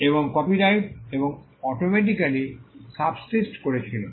এবং কপিরাইট ও automatically subsist করেছিলো